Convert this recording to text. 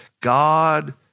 God